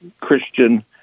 Christian